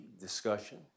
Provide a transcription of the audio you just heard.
discussion